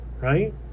right